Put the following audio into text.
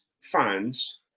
fans